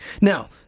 Now